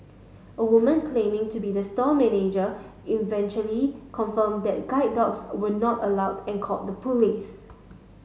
a woman claiming to be the store manager eventually confirmed that guide dogs were not allowed and called the police